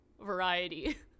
variety